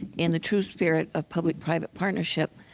in the true spirit of public private partnership,